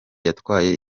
yatwaye